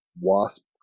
wasp